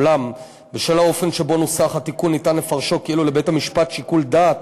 אולם בשל האופן שבו נוסח התיקון אפשר לפרשו כאילו לבית-המשפט שיקול דעת